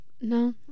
no